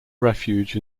refuge